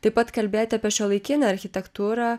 taip pat kalbėti apie šiuolaikinę architektūrą